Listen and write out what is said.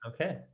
Okay